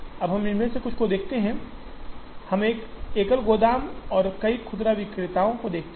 अब हम इनमें से कुछ को देखते हैं हम एक एकल गोदाम और कई खुदरा विक्रेताओं को देखते हैं